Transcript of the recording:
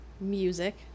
music